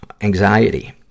Anxiety